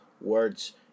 words